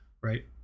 right